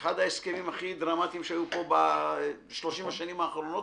זה אחד ההסכמים הכי דרמטיים שהיו פה ב-30 השנים האחרונות,